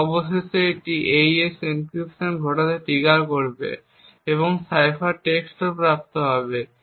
এবং অবশেষে এটি AES এনক্রিপশন ঘটতে ট্রিগার করবে এবং সাইফার টেক্সট প্রাপ্ত হবে